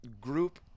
group